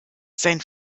sein